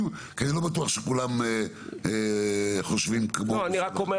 כי אני לא בטוח שכולם חושבים כמו --- אני רק אומר